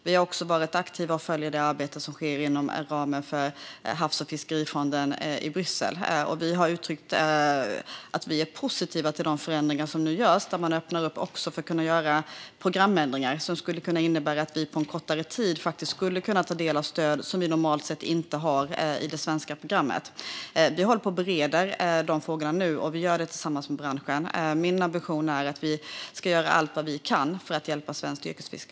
Vi har också varit aktiva och följer det arbete som sker inom ramen för havs och fiskerifonden i Bryssel, och vi har uttryckt att vi är positiva till de förändringar som nu görs. Man öppnar för att även kunna göra programändringar som skulle kunna innebära att vi på kortare tid skulle kunna ta del av stöd som vi normalt sett inte har i det svenska programmet. Vi håller på att bereda dessa frågor nu, och vi gör det tillsammans med branschen. Min ambition är att vi ska göra allt vi kan för att hjälpa svenskt yrkesfiske.